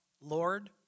Lord